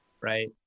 right